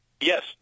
Yes